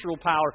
power